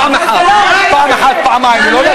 פעם אחת, פעמיים, לא להגזים.